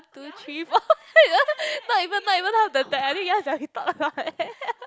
two three four not even not even half the deck I think ya sia we talk a lot leh